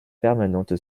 permanente